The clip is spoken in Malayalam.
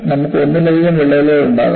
നമുക്ക് ഒന്നിലധികം വിള്ളലുകൾ ഉണ്ടാകാം